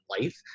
life